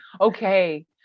Okay